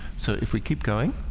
so if we keep going